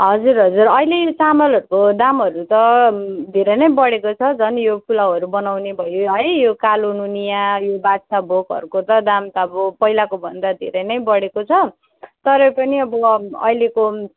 हजुर हजुर अहिले चामलहरूको दामहरू त धेरै नै बढेको छ झन् यो पलाउहरू बहाउने भयो है यो कालो नुनिया यो बादशाह भोगहरूको त दाम त अब पहिलाकोभन्दा धेरै नै बढेको छ तरै पनि अब अहिलेको